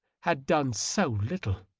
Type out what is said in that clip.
had done so little!